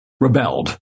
rebelled